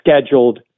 scheduled